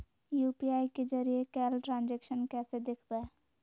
UPI के जरिए कैल ट्रांजेक्शन कैसे देखबै?